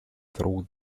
through